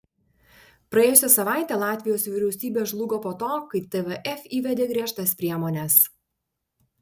praėjusią savaitę latvijos vyriausybė žlugo po to kai tvf įvedė griežtas priemones